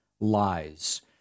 lies